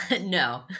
No